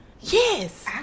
Yes